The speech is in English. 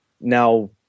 now